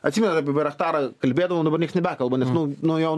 atsimenat apie bairachtarą kalbėdavau dabar niekas nebekalba nes nu nuo jo